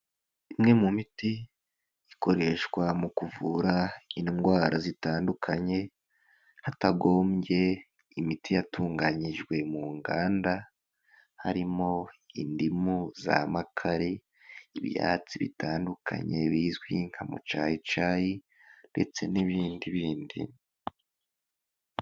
Imwe mu miti ikoreshwa mu kuvura indwara zitandukanye hatagombye imiti yatunganyijwe mu nganda, harimo indimu za makare, ibyatsi bitandukanye bizwi nka mucayicayi ndetse n'ibindi bindi.